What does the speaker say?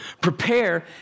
prepare